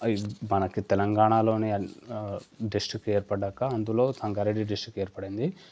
మనకి తెలంగాణలోని డిస్ట్రిక్ట్ ఏర్పడ్డాక అందులో సంగారెడ్డి డిస్ట్రిక్ట్ ఏర్పడింది